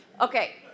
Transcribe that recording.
Okay